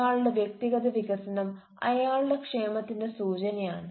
ഒരാളുടെ വ്യക്തിഗത വികസനം അയാളുടെ ക്ഷേമത്തിന്റെ സൂചനയാണ്